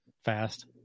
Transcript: fast